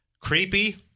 creepy